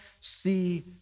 see